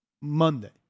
Monday